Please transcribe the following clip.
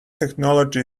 technology